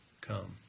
come